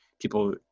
people